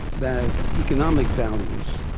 that economic values,